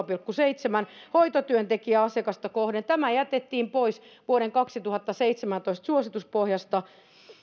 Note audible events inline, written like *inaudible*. *unintelligible* pilkku seitsemän hoitotyöntekijää asiakasta kohden tämä jätettiin pois vuoden kaksituhattaseitsemäntoista suosituspohjasta